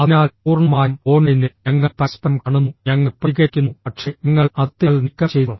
അതിനാൽ പൂർണ്ണമായും ഓൺലൈനിൽ ഞങ്ങൾ പരസ്പരം കാണുന്നു ഞങ്ങൾ പ്രതികരിക്കുന്നു പക്ഷേ ഞങ്ങൾ അതിർത്തികൾ നീക്കം ചെയ്തു